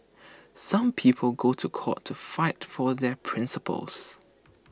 some people go to court to fight for their principles